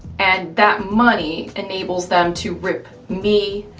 and that money enables them to rip me,